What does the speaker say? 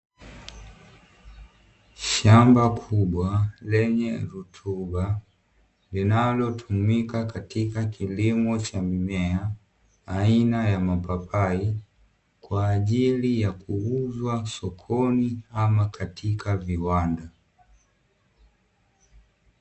Shamba kubwa lenye rutuba linalotumika katika kilimo cha mimea, aina ya mapapai kwa ajili ya kuuzwa sokoni ama katika viwanda.